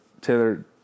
Taylor